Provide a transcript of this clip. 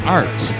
art